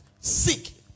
seek